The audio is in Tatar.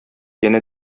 янә